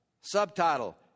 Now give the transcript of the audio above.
Subtitle